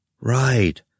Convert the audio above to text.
Right